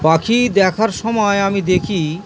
পাখি দেখার সময় আমি দেখি